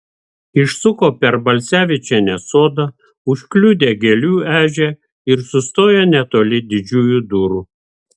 išsuko per balsevičienės sodą užkliudė gėlių ežią ir sustojo netoli didžiųjų durų